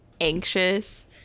anxious